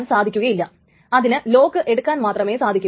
ഒരു ordered logical clock ആണ്